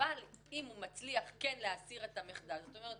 אם החייב מצליח להסיר את המחדל זאת אומרת,